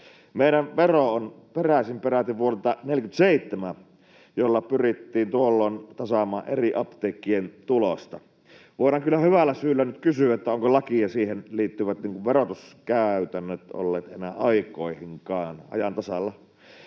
Meidän vero on peräisin peräti vuodelta 47, ja sillä pyrittiin tuolloin tasaamaan eri apteekkien tulosta. Voidaan kyllä hyvällä syyllä nyt kysyä, ovatko laki ja siihen liittyvät verotuskäytännöt olleet enää aikoihinkaan ajan tasalla.